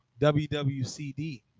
WWCD